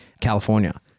California